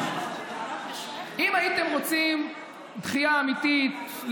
אם הייתם רוצים דחייה אמיתית,